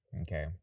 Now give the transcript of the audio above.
Okay